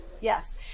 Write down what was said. yes